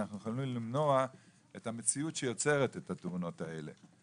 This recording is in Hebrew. אנחנו יכולים למנוע את המציאות שיוצרת את התאונות האלה,